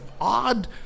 odd